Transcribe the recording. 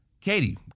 Katie